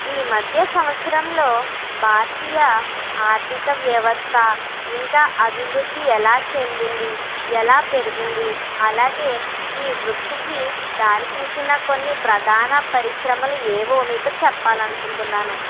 ఈమధ్య సంవత్సరంలో భారతీయ ఆర్థిక వ్యవస్థ ఇంకా అభివృద్ధి ఎలా చెందింది ఎలా పెరిగింది అలాగే ఈ వృద్ధికి దారి తీసిన కొన్ని ప్రధాన పరిశ్రమలు ఏవో మీకు చెప్పాలని అనుకుంటున్నాను